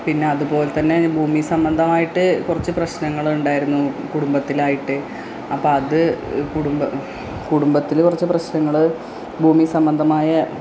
പിന്നെ അതുപോലെതന്നെ ഭൂമി സംബന്ധമായിട്ട് കുറച്ച് പ്രശ്നങ്ങള് ഉണ്ടായിരുന്നു കുടുംബത്തിലായിട്ട് അപ്പോള് അത് കുടുംബത്തില് കുറച്ച് പ്രശ്നങ്ങള് ഭൂമി സംബന്ധമായ